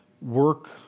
work